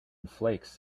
flakes